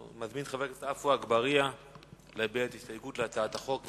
אני מזמין את חבר הכנסת עפו אגבאריה להביע הסתייגות להצעת החוק.